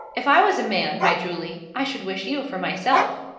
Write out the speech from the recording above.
if i was a man, my julie, i should wish you for myself.